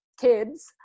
kids